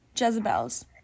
Jezebel's